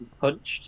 punched